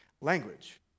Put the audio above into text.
language